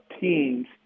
teams